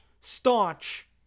Staunch